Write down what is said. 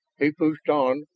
he pushed on,